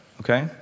okay